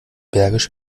bergisch